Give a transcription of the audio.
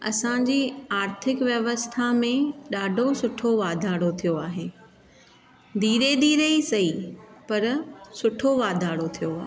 असांजी आर्थिक व्यवस्था में ॾाढो सुठो वाधारो थिओ आहे धीरे धीरे ई सही पर सुठो वाधारो थिओ आहे